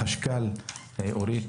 אורית